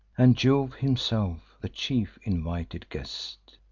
and jove himself, the chief invited guest.